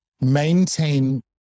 maintain